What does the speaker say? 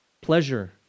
pleasure